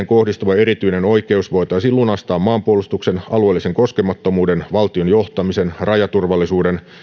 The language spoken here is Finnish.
kohdistuva erityinen oikeus voitaisiin lunastaa maanpuolustuksen alueellisen koskemattomuuden valtion johtamisen rajaturvallisuuden